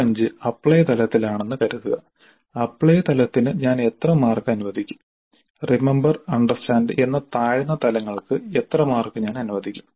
CO5 apply തലത്തിലാണെന്ന് കരുതുക apply തലത്തിന് ഞാൻ എത്ര മാർക്ക് അനുവദിക്കും റിമമ്പർ അണ്ടർസ്റ്റാൻഡ് എന്ന താഴ്ന്ന തലങ്ങൾക്ക് എത്ര മാർക്ക് ഞാൻ അനുവദിക്കും